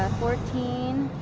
fourteen,